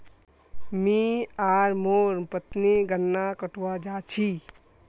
मी आर मोर पत्नी गन्ना कटवा जा छी